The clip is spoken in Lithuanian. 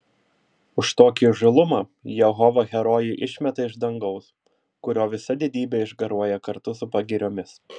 už tokį įžūlumą jehova herojų išmeta iš dangaus kurio visa didybė išgaruoja kartu su pagiriomis